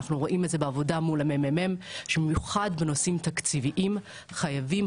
גם בעבודה מול המ.מ.מ שבמיוחד בנושאים תקציביים חייבים,